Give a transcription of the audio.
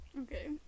Okay